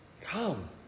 come